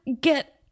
get